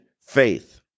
faith